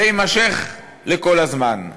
זה יימשך לכל הזמן.